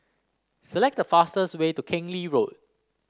select the fastest way to Keng Lee Road